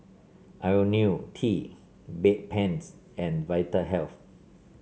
IoniL T Bedpans and Vitahealth